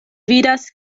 vidas